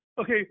Okay